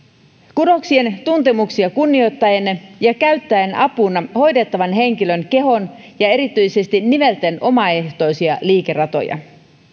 kudoksien tuntemuksia kunnioittaen ja käyttäen apuna hoidettavan henkilön kehon ja erityisesti nivelten omaehtoisia liikeratoja